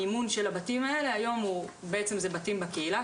המימון של הבתים האלה אלה בעצם בתים בקהילה,